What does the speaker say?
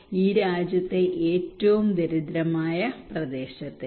ഈ രാജ്യത്തെ ഏറ്റവും ദരിദ്രമായ പ്രദേശത്തിന്റെ